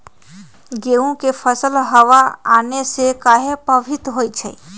गेंहू के फसल हव आने से काहे पभवित होई छई?